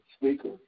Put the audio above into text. speaker